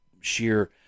sheer